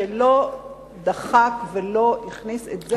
שלא דחק ולא הכניס את זה,